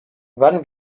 van